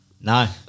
No